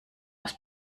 aus